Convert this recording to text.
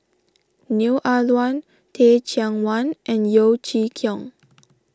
Neo Ah Luan Teh Cheang Wan and Yeo Chee Kiong